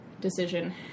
decision